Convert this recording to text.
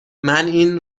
این